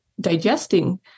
digesting